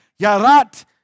Yarat